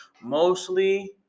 mostly